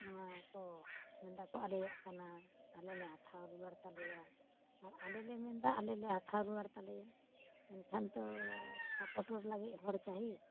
ᱱᱚᱣᱟ ᱠᱚ ᱢᱮᱱᱫᱟ ᱠᱚ ᱟᱞᱮᱭᱟᱜ ᱠᱟᱱᱟ ᱟᱞᱮᱞᱮ ᱦᱟᱛᱟᱣ ᱨᱩᱣᱟᱹᱲ ᱛᱟᱞᱮᱭᱟ ᱟᱨ ᱟᱞᱮᱞᱮ ᱢᱮᱱᱫᱟ ᱟᱞᱮᱞᱮ ᱦᱟᱛᱟᱣ ᱨᱩᱣᱟᱹᱲ ᱛᱟᱞᱮᱭᱟ ᱮᱱᱠᱷᱟᱱ ᱛᱚ ᱥᱟᱯᱚᱴᱟᱨ ᱞᱟᱹᱜᱤᱫ ᱦᱚᱲ ᱪᱟᱹᱦᱤ